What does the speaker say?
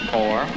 Four